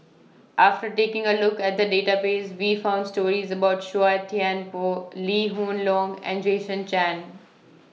after taking A Look At The Database We found stories about Chua Thian Poh Lee Hoon Leong and Jason Chan